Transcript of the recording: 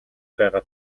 байгаа